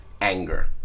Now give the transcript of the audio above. Anger